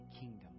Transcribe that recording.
kingdom